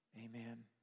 Amen